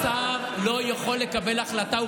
השר לא יכול לקבל החלטה.